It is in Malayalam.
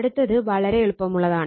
അടുത്തത് വളരെ എളുപ്പമുള്ളതാണ്